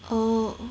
oh